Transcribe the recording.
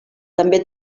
també